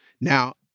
Now